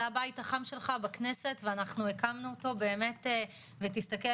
זה הבית החם שלך בכנסת ואנחנו הקמנו אותו באמת ותסתכל